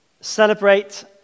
celebrate